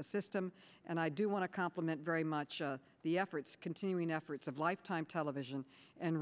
system and i do want to compliment very much the efforts continuing efforts of lifetime television and